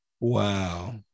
Wow